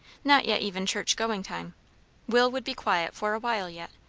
not yet even church-going time will would be quiet for a while yet,